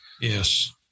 Yes